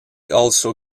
also